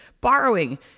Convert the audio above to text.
borrowing